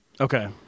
Okay